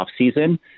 offseason